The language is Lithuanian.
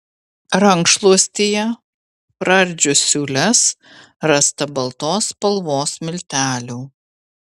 rankšluostyje praardžius siūles rasta baltos spalvos miltelių